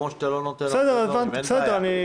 כמו שאתה לא נותן --- אין בעיה.